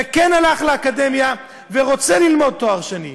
וכן הלך לאקדמיה, ורוצה ללמוד לתואר שני,